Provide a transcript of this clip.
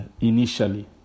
initially